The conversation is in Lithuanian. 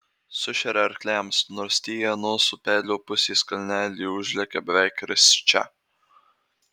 sušeria arkliams nors tie į anos upelio pusės kalnelį užlekia beveik risčia